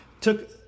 took